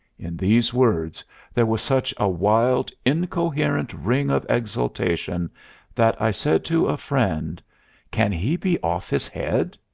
in these words there was such a wild, incoherent ring of exaltation that i said to a friend can he be off his head?